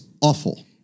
awful